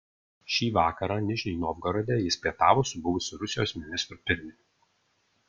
šį vakarą nižnij novgorode jis pietavo su buvusiu rusijos ministru pirmininku